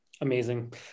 Amazing